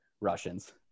Russians